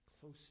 close